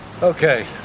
Okay